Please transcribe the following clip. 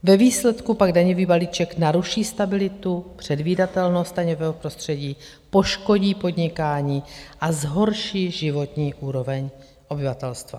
Ve výsledku pak daňový balíček naruší stabilitu, předvídatelnost daňového prostředí, poškodí podnikání a zhorší životní úroveň obyvatelstva.